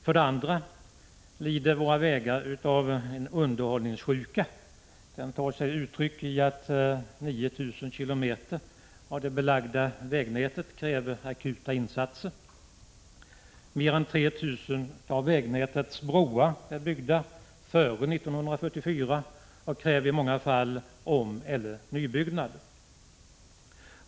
För det andra lider våra vägar av en underhållssjuka. Den tar sig uttryck i att 9 000 km av det belagda vägnätet kräver akuta insatser. Mer än 3 000 av vägnätets broar är byggda före 1944 och kräver i många fall omeller nybyggnad.